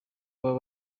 baba